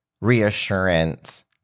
reassurance